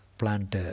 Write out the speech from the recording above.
plant